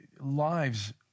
lives